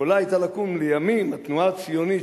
יכולה היתה לקום לימים התנועה הציונית,